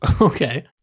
Okay